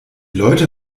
leute